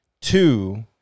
two